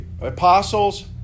apostles